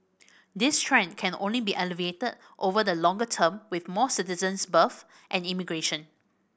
this trend can only be alleviated over the longer term with more citizens births and immigration